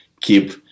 keep